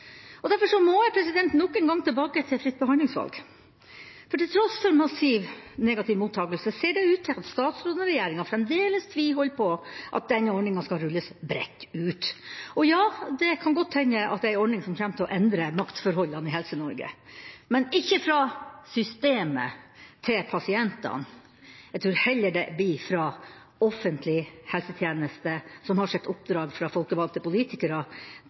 tjenester. Derfor må jeg nok en gang tilbake til fritt behandlingsvalg. For til tross for massiv negativ mottakelse ser det ut til at statsråden og regjeringa fremdeles tviholder på at denne ordninga skal rulles bredt ut. Og ja, det kan godt hende at det er en ordning som kommer til å endre maktforholdene i Helse-Norge, men ikke ved å flytte makt fra systemet til pasientene – jeg tror heller det blir fra offentlig helsetjeneste, som har sitt oppdrag fra folkevalgte politikere,